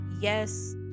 yes